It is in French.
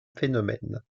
phénomène